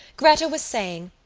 gretta was saying.